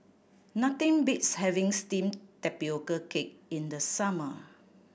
nothing beats having steamed tapioca cake in the summer